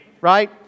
right